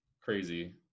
crazy